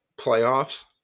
playoffs